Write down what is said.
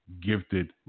gifted